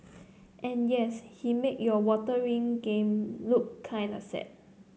and yes he made your water ring game look kind of sad